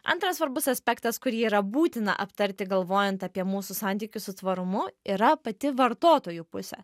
antras svarbus aspektas kurį yra būtina aptarti galvojant apie mūsų santykius su tvarumu yra pati vartotojų pusė